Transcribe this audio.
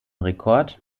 rekord